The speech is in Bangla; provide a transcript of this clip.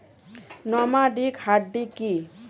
নমাডিক হার্ডি কি?